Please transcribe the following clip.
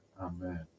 Amen